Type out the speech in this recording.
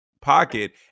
pocket